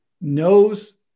knows